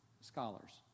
scholars